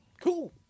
Cool